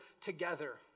together